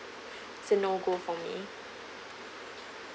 is a no go for me